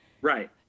Right